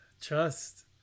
trust